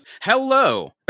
Hello